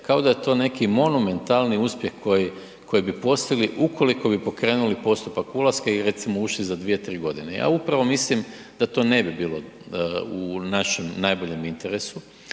kao da je to neki monumentalni uspjeh koji bi postigli ukoliko bi pokrenuli postupak ulaska i recimo ušli za 2, 3 godine. Ja upravo mislim da to ne bi bilo u našem najboljem interesu,